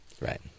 Right